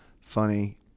funny